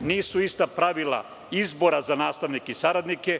nisu ista pravila izbora za nastavnike i saradnike,